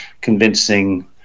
convincing